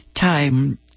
time